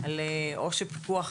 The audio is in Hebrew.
על כך שפיקוח